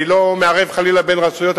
אני לא מערב חלילה בין רשויות,